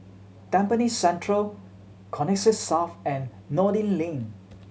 Tampines Central Connexis South and Noordin Lane